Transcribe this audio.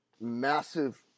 massive